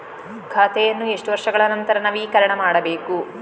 ಖಾತೆಯನ್ನು ಎಷ್ಟು ವರ್ಷಗಳ ನಂತರ ನವೀಕರಣ ಮಾಡಬೇಕು?